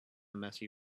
messy